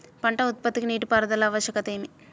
పంట ఉత్పత్తికి నీటిపారుదల ఆవశ్యకత ఏమి?